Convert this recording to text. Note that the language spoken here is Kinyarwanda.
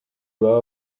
baba